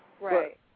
Right